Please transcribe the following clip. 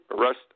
arrest